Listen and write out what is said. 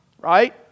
right